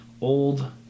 old